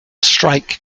strike